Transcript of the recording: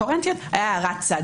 קוהרנטיות הייתה אמירת צד.